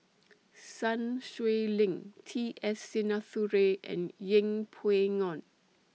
Sun Xueling T S Sinnathuray and Yeng Pway Ngon